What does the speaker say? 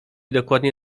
dokładnie